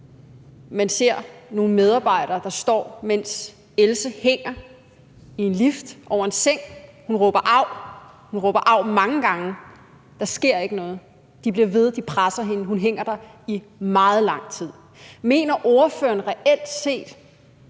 Man ser nogle medarbejdere, der, mens Else hænger i en lift over en seng og råber av – hun råber av mange gange – står ved siden af, men der sker ikke noget. De bliver ved, de presser hende, hun hænger der i meget lang tid. Mener ordføreren reelt set,